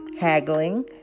haggling